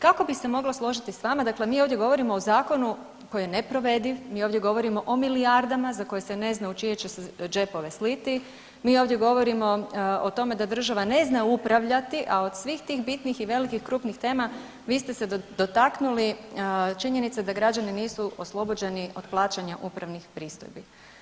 Kako bi se mogla složiti s vama, dakle mi ovdje govorimo o zakonu koji je neprovediv, mi ovdje govorimo o milijardama za koje se ne zna u čije će se džepove sliti, mi ovdje govorimo o tome da država ne zna upravljati, a od svih tih bitnih i velikih krupnih tema vi ste se dotaknuli činjenice da građani nisu oslobođeni od plaćanja upravnih pristojbi.